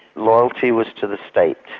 loyalty was to the state.